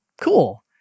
cool